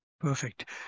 perfect